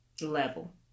level